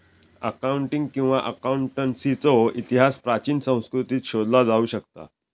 accounting किंवा अकाउंटन्सीचो इतिहास प्राचीन संस्कृतींत शोधला जाऊ शकता